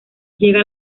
llega